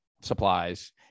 supplies